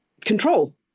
control